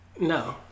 No